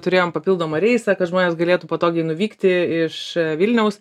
turėjom papildomą reisą kad žmonės galėtų patogiai nuvykti iš vilniaus